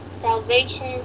salvation